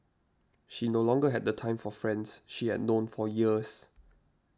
she no longer had the time for friends she had known for years